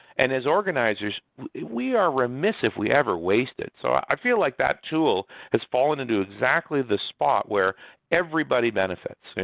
and as organizers we are remiss if we ever waste it. so i feel like that tool has fallen into exactly the spot where everybody benefits.